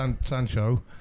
Sancho